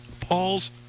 Paul's